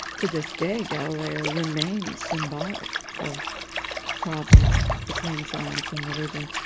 to this day galileo remains symbolic of problems between science and religion,